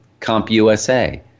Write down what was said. CompUSA